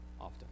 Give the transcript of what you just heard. often